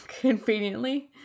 conveniently